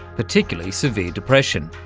particularly severe depression.